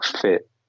fit